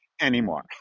anymore